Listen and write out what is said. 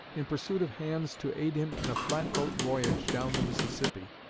in pursuit of hands to aid him in a flatboat voyage down the mississippi.